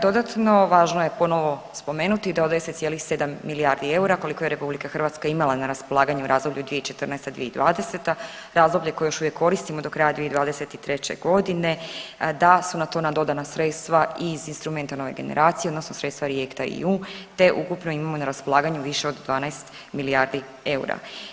Dodatno važno je ponovo spomenuti da od 10,7 milijardi eura koliko je RH imala na raspolaganju u razdoblju 2014.-2020. razdoblje koje još uvijek koristimo do kraja 2023.g. da su na to nadodana sredstva iz instrumenta nove generacije odnosno sredstva riekta i EU, te ukupno imamo na raspolaganju više od 12 milijardi eura.